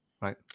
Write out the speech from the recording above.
right